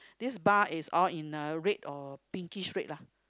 this bar is all in a red or pinkish red lah